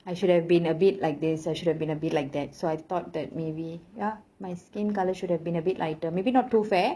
I should have been a bit like this I should have been a bit like that so I thought that maybe ya my skin colour should have been a bit lighter maybe not to fair